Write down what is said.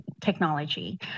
technology